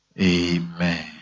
Amen